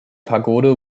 pagode